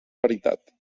veritat